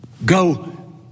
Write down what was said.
Go